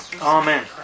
amen